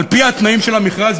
על-פי התנאים של המכרז,